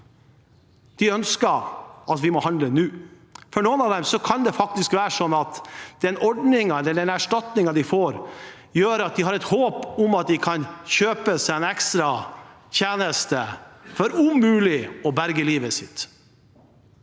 De ønsker at vi må handle nå. For noen av dem kan det faktisk være sånn at den erstatningen de får, gjør at de har et håp om å kunne kjøpe seg en ekstra tjeneste, for om mulig å berge livet.